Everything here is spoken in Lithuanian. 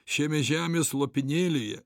šiame žemės lopinėlyje